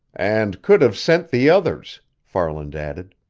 and could have sent the others, farland added.